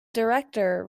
director